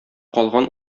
калган